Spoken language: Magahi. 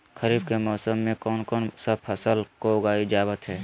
खरीफ के मौसम में कौन कौन सा फसल को उगाई जावत हैं?